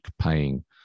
paying